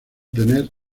tener